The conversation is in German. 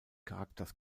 charakters